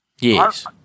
yes